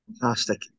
Fantastic